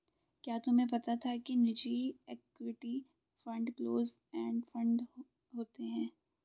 क्या तुम्हें पता था कि निजी equity fund close end fund होते हैं?